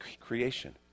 creation